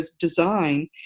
design